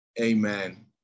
Amen